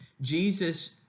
Jesus